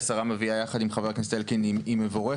השרה מביאה יחד עם חבר הכנסת אלקין היא מבורכת.